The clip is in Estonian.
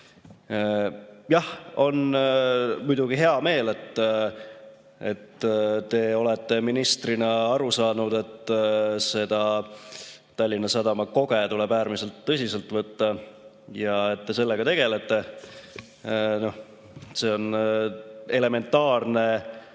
Jah, on muidugi hea meel, et te olete ministrina aru saanud, et seda Tallinna Sadama koget tuleb äärmiselt tõsiselt võtta ja et te sellega tegelete. See on elementaarne